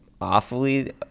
awfully